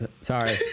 sorry